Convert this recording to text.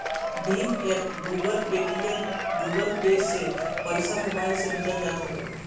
Bhim app, Google, Paytm, Google Pay से पईसा mobile से भेजल जात हवे